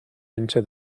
into